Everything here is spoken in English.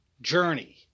journey